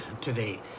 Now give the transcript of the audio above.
today